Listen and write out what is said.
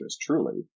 truly